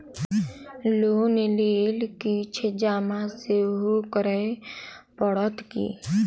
Loan लेल किछ जमा सेहो करै पड़त की?